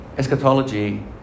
Eschatology